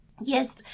Yes